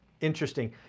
Interesting